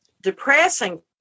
depressing